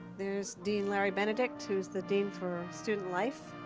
there's dean larry benedict, who's the dean for student life.